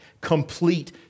Complete